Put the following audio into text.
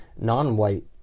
non-white